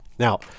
Now